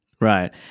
Right